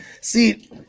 See